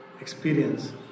experience